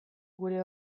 gure